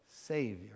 Savior